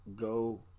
Go